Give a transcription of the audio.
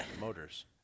motors